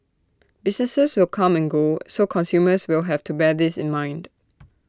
businesses will come and go so consumers will have to bear this in mind